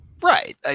Right